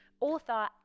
author